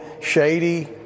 shady